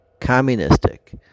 communistic